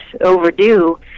overdue